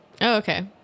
okay